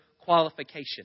qualification